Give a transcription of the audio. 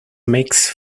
makes